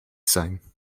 sein